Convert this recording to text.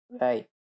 Right